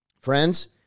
Friends